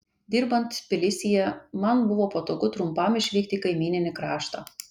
dirbant tbilisyje man buvo patogu trumpam išvykti į kaimyninį kraštą